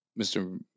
Mr